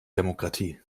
demokratie